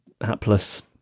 hapless